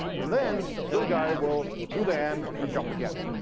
and then this guy will do the and and jump again.